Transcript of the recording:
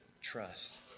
trust